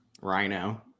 Rhino